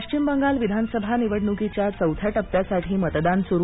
पश्चिम बंगाल विधानसभा निवडणुकीच्या चौथ्या टप्प्यासाठी मतदान सुरू